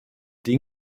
die